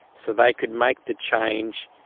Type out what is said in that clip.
so they could make the change,